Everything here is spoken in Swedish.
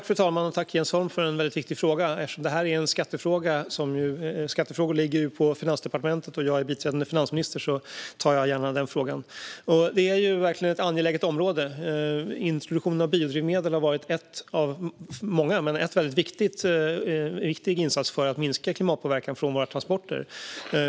Fru talman! Tack, Jens Holm, för en väldigt viktig fråga! Detta här är en skattefråga som ligger på Finansdepartementet. Jag är biträdande finansminister, så jag tar gärna den frågan. Det är verkligen ett angeläget område. Introduktionen av biodrivmedel har varit en av många viktiga insatser för att minska klimatpåverkan från våra transporter.